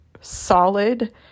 solid